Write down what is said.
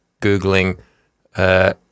Googling